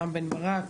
רם בן ברק,